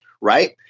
right